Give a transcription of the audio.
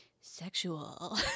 sexual